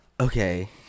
Okay